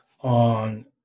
on